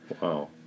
Wow